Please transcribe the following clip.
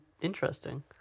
interesting